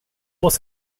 was